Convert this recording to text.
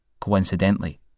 coincidentally